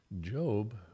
Job